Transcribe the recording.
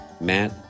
Matt